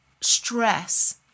stress